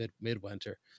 Midwinter